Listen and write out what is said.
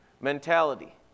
mentality